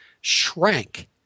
shrank